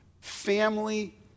family